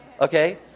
okay